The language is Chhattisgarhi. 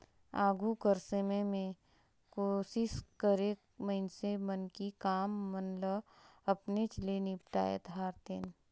आघु कर समे में कोसिस करें मइनसे मन कि काम मन ल अपनेच ले निपटाए धारतेन